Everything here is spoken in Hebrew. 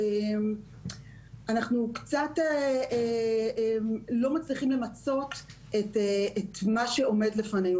אנחנו קצת לא מצליחים למצות את מה שעומד לפנינו.